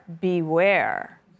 Beware